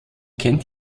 kennt